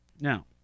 Now